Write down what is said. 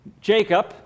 Jacob